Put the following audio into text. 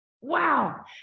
Wow